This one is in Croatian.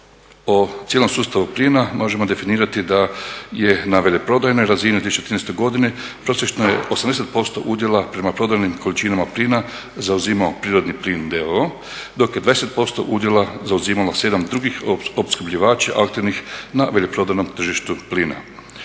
o cijelom sustavu plina možemo definirati da je na veleprodajnoj razini u 2013. godini prosječno 80% udjela prema prodanim količinama plina zauzimao Prirodni plin d.o.o, dok je 20% udjela zauzimalo 7 drugih opskrbljivača aktivnih na veleprodajnom tržištu plina.